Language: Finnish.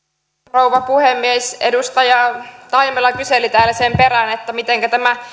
rouva puhemies edustaja taimela kyseli täällä sen perään mitenkä tämä